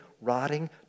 rotting